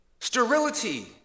sterility